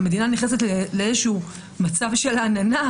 המדינה נכנסת לאיזשהו מצב של עננה,